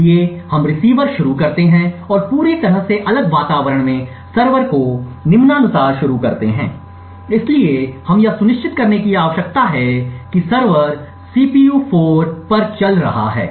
इसलिए हम रिसीवर शुरू करते हैं और पूरी तरह से अलग वातावरण में सर्वर को निम्नानुसार शुरू करते हैं इसलिए हमें यह सुनिश्चित करने की आवश्यकता है कि सर्वर सीपीयू 4 पर चल रहा है